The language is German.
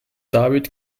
david